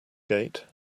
gate